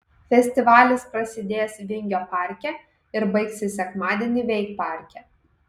festivalis prasidės vingio parke ir baigsis sekmadienį veikparke